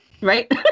Right